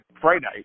Friday